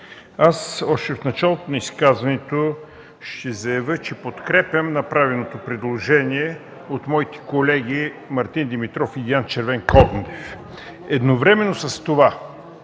Още в началото на изказването си ще заявя, че подкрепям направеното предложение от моите колеги Мартин Димитров и Диан Червенкондев. Едновременно с това